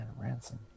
Ransom